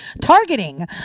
targeting